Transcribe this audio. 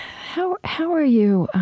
how how are you i